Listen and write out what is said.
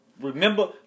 Remember